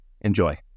Enjoy